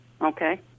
Okay